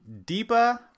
Deepa